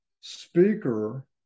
speaker